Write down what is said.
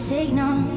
signal